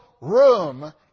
room